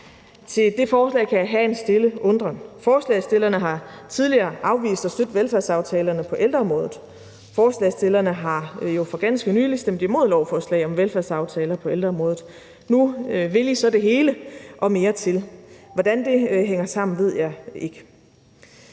til det forslag kan jeg have en stille undren. Forslagsstillerne har tidligere afvist at støtte velfærdsaftalerne på ældreområdet. Forslagsstillerne har jo for ganske nylig stemt imod lovforslag om velfærdsaftaler på ældreområdet. Nu vil I så det hele og mere til. Hvordan det hænger sammen, ved jeg ikke.